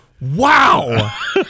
Wow